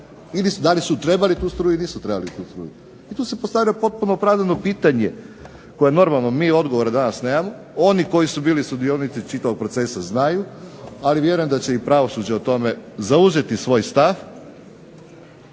da li su trebali tu struju ili nisu trebali tu struju. I tu se postavlja potpuno pravilno pitanje koje odgovore normalno mi danas nemamo, oni koji su bili sudionici čitavog procesa znaju, ali vjerujem da će i pravosuđe o tome zauzeti svoj stav,